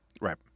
Right